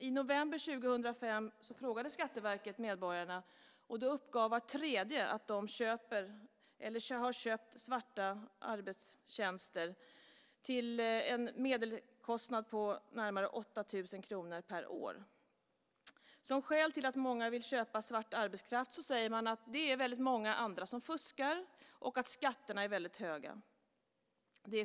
I november 2005 frågade Skatteverket medborgarna, och då uppgav var tredje att de hade köpt svarta arbetstjänster till en medelkostnad på närmare 8 000 kr per år. Skälet till att man använder svart arbetskraft säger man är att det är väldigt många andra som fuskar och att skatterna är väldigt höga.